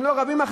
וכך הלאה,